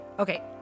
Okay